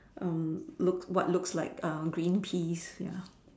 um look what looks like um green peas ya